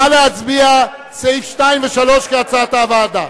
נא להצביע על סעיפים 2 ו-3 כהצעת הוועדה.